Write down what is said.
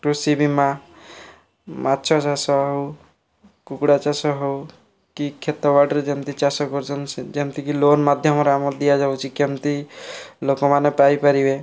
କୃଷିବୀମା ମାଛଚାଷ ହେଉ କୁକୁଡ଼ାଚାଷ ହେଉ କି କ୍ଷେତ ବାଡ଼ିରେ ଯେମିତି ଚାଷ କରୁଛନ୍ତି ସେ ଯେମିତିକି ଲୋନ୍ ମାଧ୍ୟମରେ ଆମର ଦିଆଯାଉଛି କେମିତି ଲୋକମାନେ ପାଇପାରିବେ